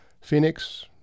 Phoenix